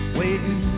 waiting